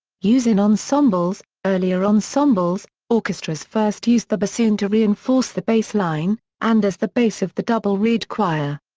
use in ensembles earlier ensembles orchestras first used the bassoon to reinforce the bass line, and as the bass of the double reed choir.